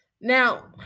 now